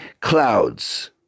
clouds